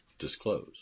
disclose